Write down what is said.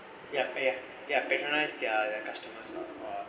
yup ya ya patronize their customers